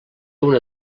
una